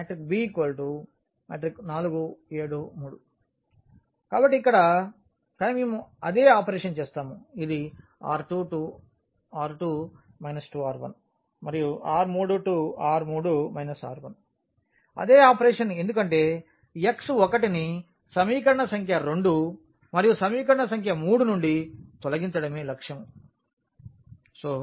b4 7 3 కాబట్టి ఇక్కడ కానీ మేము అదే ఆపరేషన్ చేస్తాము ఇది R2R2 2R1 మరియు R3R3 R1 అదే ఆపరేషన్ ఎందుకంటే x1ని సమీకరణ సంఖ్య 2 మరియు సమీకరణ సంఖ్య 3 నుండి తొలగించడమే లక్ష్యం